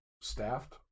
staffed